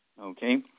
Okay